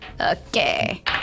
Okay